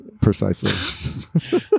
precisely